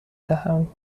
دهم